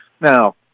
Now